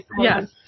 Yes